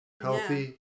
Healthy